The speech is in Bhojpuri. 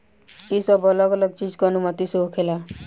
ई सब अलग अलग चीज के अनुमति से होखेला